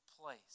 place